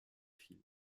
film